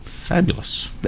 Fabulous